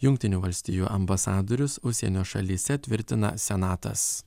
jungtinių valstijų ambasadorius užsienio šalyse tvirtina senatas